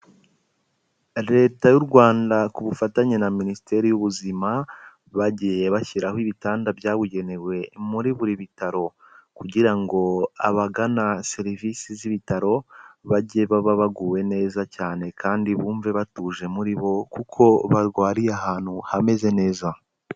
Leta y'u Rwanda ku bufatanye na Minisiteri y'Ubuzima bagiye bashyiraho ibitanda byabugenewe muri buri bitaro kugira ngo abagana serivisi z'ibitaro, bajye baba baguwe neza cyane kandi bumve batuje muri bo kuko barwariye ahantu hameze neza.